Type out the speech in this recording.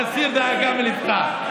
תסיר דאגה מליבך.